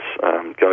go